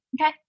Okay